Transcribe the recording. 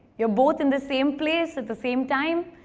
you're both in the same place at the same time,